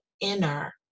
inner